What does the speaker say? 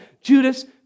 Judas